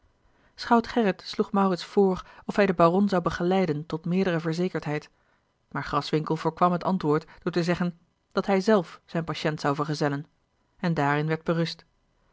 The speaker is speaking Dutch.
schout gerrit sloeg maurits voor of hij den baron zou begeleiden tot meerdere verzekerdheid maar graswinckel voorkwam het antwoord door te zeggen dat hij zelf zijn patiënt zou vergezellen en daarin werd berust